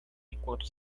enquanto